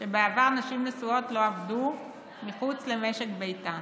שבעבר נשים נשואות לא עבדו מחוץ למשק ביתן.